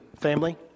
family